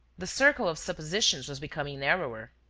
the circle of suppositions was becoming narrower.